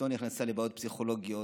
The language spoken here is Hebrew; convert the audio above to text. אשתו נכנסה לבעיות פסיכולוגיות.